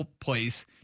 place